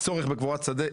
הצורך בקבורת שדה,